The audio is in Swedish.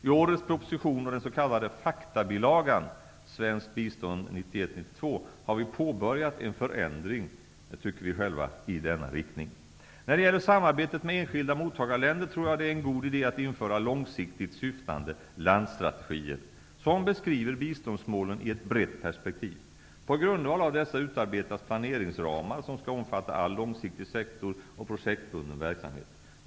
I årets proposition och den s.k. faktabilagan om svenskt bistånd 1991/92 har vi påbörjat en förändring -- tycker vi själva -- i denna riktning. Vad gäller samarbetet med enskilda mottagarländer tror jag att det är en god idé att införa långsiktigt syftande landstrategier, som beskriver biståndsmålen i ett brett perspektiv. På grundval av dessa utarbetas planeringsramar, som skall omfatta all långsiktig sektor och projektbunden verksamhet.